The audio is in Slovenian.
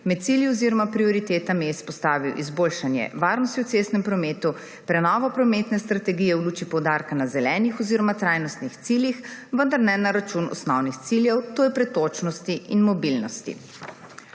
Med cilji oziroma prioritetami je izpostavil izboljšanje varnosti v cestnem prometu, prenovo prometne strategije v luči poudarka na zelenih oziroma trajnostnih ciljih, vendar ne na račun osnovnih ciljev, to je pretočnosti in mobilnosti.